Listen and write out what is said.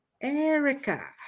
Erica